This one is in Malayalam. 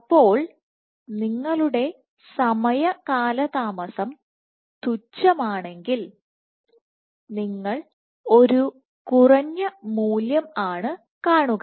അപ്പോൾ നിങ്ങളുടെ സമയ കാലതാമസം തുച്ഛമാണെങ്കിൽ നിങ്ങൾ ഒരു കുറഞ്ഞ മൂല്യം ആണ് കാണുക